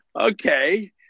okay